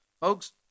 Folks